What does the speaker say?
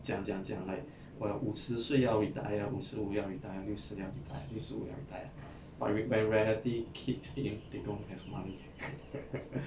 讲讲讲 like !wah! 五十岁要 retire 五十五要 retire 六十要 retire 六十五要 retire but when when reality kicks in they don't have money